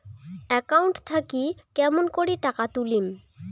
Account থাকি কেমন করি টাকা তুলিম?